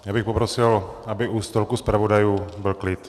Já bych poprosil, aby u stolku zpravodajů byl klid.